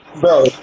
bro